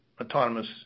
autonomous